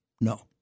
No